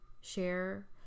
share